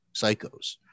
psychos